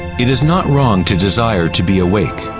it is not wrong to desire to be awake,